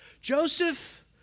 Joseph